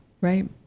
Right